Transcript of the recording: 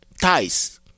ties